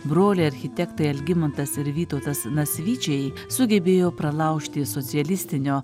broliai architektai algimantas ir vytautas nasvyčiai sugebėjo pralaužti socialistinio